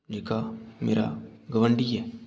जेह्का मेरा गवांडी ऐ